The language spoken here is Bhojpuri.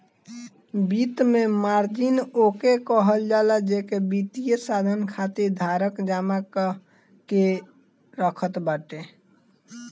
वित्त में मार्जिन ओके कहल जाला जेके वित्तीय साधन खातिर धारक जमा कअ के रखत बाटे